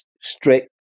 strict